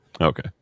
Okay